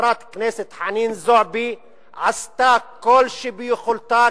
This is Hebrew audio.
חברת הכנסת חנין זועבי עשתה כל שביכולתה